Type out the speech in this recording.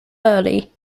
early